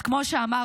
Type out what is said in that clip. אז כמו שאמרתי,